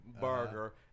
burger